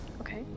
Okay